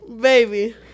baby